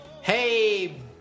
Hey